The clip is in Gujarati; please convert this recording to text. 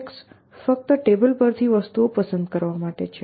આ PickUp ફક્ત ટેબલ પર થી વસ્તુઓ પસંદ કરવા માટે છે